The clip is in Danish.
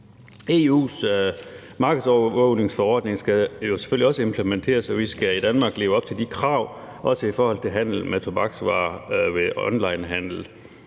EU's markedsovervågningsforordning skal jo selvfølgelig også implementeres, og vi skal i Danmark også leve op til de krav i forhold til handel med tobaksvarer ved onlinehandel.